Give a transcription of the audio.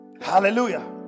Hallelujah